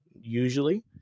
Usually